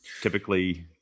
typically